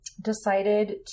decided